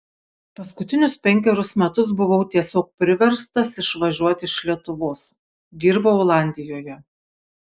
paskutinius penkerius metus buvau tiesiog priverstas išvažiuoti iš lietuvos dirbau olandijoje